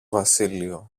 βασίλειο